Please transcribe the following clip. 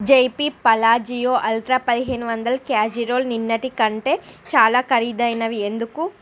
JP Palazzo ultra పదిహేను వందల casserole నిన్నటి కంటే చాలా ఖరీదైనవి ఎందుకు